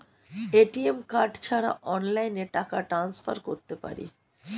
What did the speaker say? ATM card ছাড়া অনলাইনে টাকা টান্সফার করতে পারি?